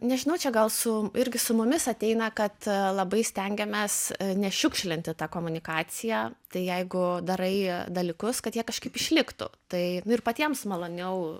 nežinau čia gal su irgi su mumis ateina kad labai stengiamės nešiukšlinti ta komunikacija tai jeigu darai dalykus kad jie kažkaip išliktų tai nu ir patiems maloniau